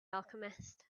alchemist